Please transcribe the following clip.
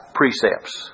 precepts